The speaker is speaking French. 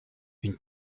une